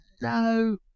no